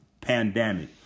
pandemic